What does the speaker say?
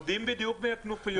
יודעים בדיוק מי הכנופיות.